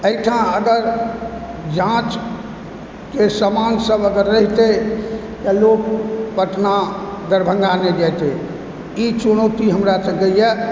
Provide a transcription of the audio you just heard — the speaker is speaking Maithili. अहिठाम अगर जाँचके समानसभ अगर रहितय तऽ लोक पटना दरभंगा नहि जैतय ई चुनौती हमरा सभकें यऽ